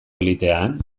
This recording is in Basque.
elitean